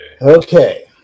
Okay